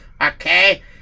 okay